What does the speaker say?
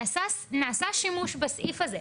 להבנתי נעשה שימוש בסעיף הזה.